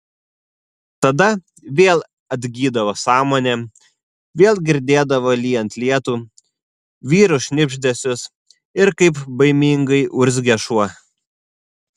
tada vėl atgydavo sąmonė vėl girdėdavo lyjant lietų vyrų šnibždesius ir kaip baimingai urzgia šuo